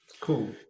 Cool